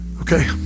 Okay